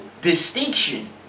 distinction